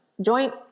joint